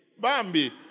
Bambi